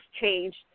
changed